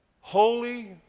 holy